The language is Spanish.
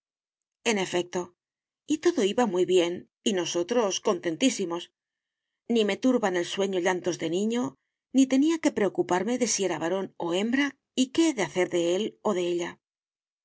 en efecto y todo iba muy bien y nosotros contentísimos ni me turban el sueño llantos de niño ni tenía que preocuparme de si será varón o hembra y qué he de hacer de él o de ella